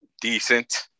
decent